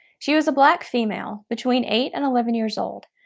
she was a black female, between eight and eleven years old,